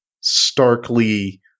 starkly